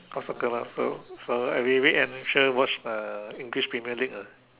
watch soccer lah so so every weekend I make sure watch uh English premier league ah